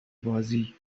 بازی